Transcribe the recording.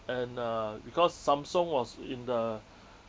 and uh because samsung was in the